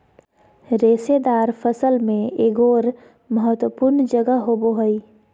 रेशेदार फसल में एगोर महत्वपूर्ण जगह होबो हइ